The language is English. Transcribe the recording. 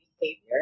behavior